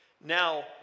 Now